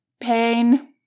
pain